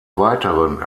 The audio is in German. weiteren